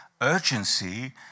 urgency